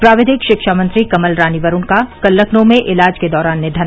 प्राविधिक शिक्षामंत्री कमल रानी वरूण का कल लखनऊ में इलाज के दौरान निधन